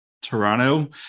Toronto